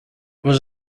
was